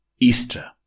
Easter